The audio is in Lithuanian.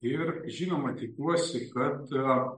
ir žinoma tikiuosi kad